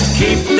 keep